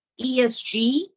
ESG